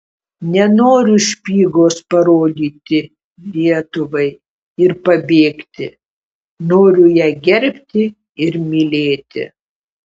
nenoriu špygos parodyti lietuvai ir pabėgti noriu ją gerbti ir mylėti